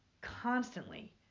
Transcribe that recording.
constantly